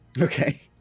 Okay